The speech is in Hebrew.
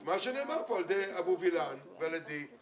את מה שנאמר כאן על-ידי אבו וילן ועל ידי,